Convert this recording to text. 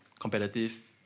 competitive